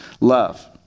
love